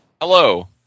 Hello